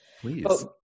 Please